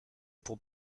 pour